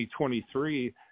2023